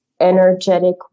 energetic